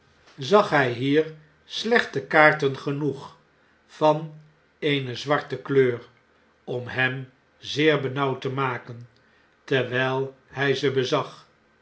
zag hij hier slechte kaarten genoeg van eene zwarte kleur om hem zeer benauwd te maken terwyi hij ze bezag